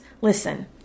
Listen